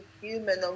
human